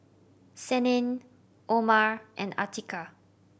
Senin Omar and Atiqah